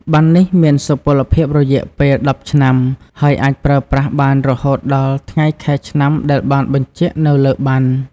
ប័ណ្ណនេះ មានសុពលភាពរយៈពេល ១០ ឆ្នាំ ហើយអាចប្រើប្រាស់បានរហូតដល់ថ្ងៃខែឆ្នាំដែលបានបញ្ជាក់នៅលើប័ណ្ណ។